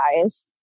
guys